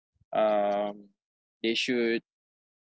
um they should